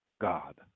God